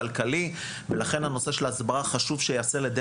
כלכלי ולכן הנושא של ההסברה חשוב שייעשה על ידי